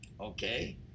okay